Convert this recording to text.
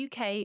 uk